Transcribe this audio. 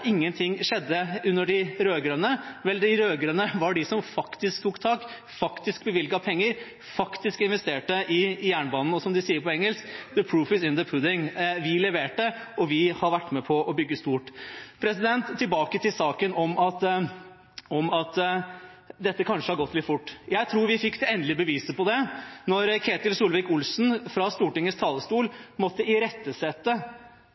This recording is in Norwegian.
ingenting skjedde under de rød-grønne. Vel, de rød-grønne var de som faktisk tok tak, faktisk bevilget penger, faktisk investerte i jernbanen, og, som de sier på engelsk: «The proof is in the pudding.» Vi leverte, og vi har vært med på å bygge stort. Tilbake til saken om at dette kanskje har gått litt fort. Jeg tror vi fikk det endelige beviset på det da Ketil Solvik-Olsen fra Stortingets talerstol måtte irettesette